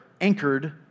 anchored